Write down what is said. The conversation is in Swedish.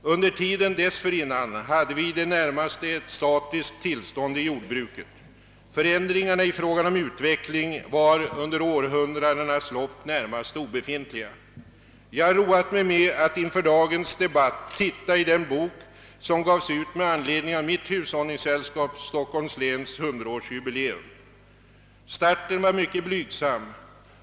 Dessförinnan rådde ett i det närmaste statiskt tillstånd inom jordbruket. Förändringarna i fråga om utveckling hade under århundradenas lopp varit nästan obefintliga. Jag har roat mig med att inför dagens debatt titta i den bok som utgavs med anledning av mitt hushållningssällskaps, Stockholms läns, 100-årsjubileum. Starten var mycket blygsam.